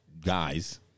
guys